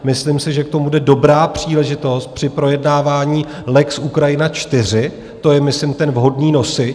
Myslím si, že k tomu bude dobrá příležitost při projednávání lex Ukrajina IV to je myslím ten vhodný nosič.